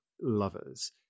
lovers